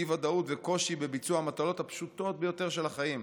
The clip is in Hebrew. אי-ודאות וקושי בביצוע המטלות הפשוטות ביותר של החיים.